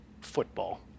football